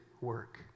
work